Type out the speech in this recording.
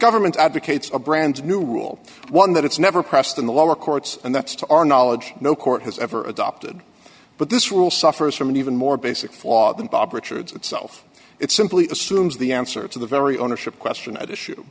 government advocates a brand new rule one that it's never pressed in the lower courts and that's to our knowledge no court has ever adopted but this rule suffers from an even more basic flaw than bob richards itself it simply assumes the answer to the very ownership question at issue